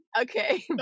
okay